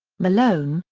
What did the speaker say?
malone,